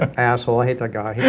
ah asshole, i hate that guy. yeah